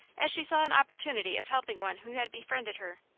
as she saw an opportunity of helping one who had befriended her.